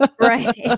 Right